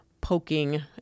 poking